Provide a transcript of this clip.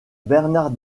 bernard